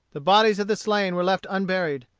the bodies of the slain were left unburied.